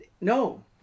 no